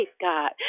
God